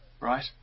right